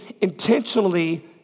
intentionally